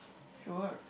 sure